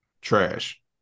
trash